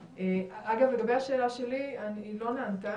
אגב, לגבי השאלה שלי, היא לא נענתה.